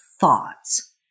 thoughts